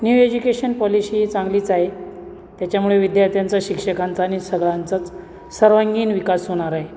new education policy ही चांगलीच आहे त्याच्यामुळे विद्यार्थ्यांचा शिक्षकांचा आणि सगळांचाच सर्वांगीण विकास होणार आहे